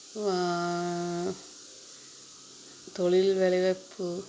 தொழில் வேலைவாய்ப்பு